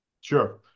Sure